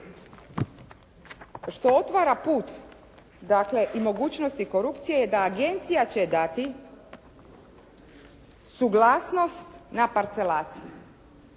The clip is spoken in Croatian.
što otvara put i mogućnosti korupcije da Agencija će dati suglasnost na parcelaciju.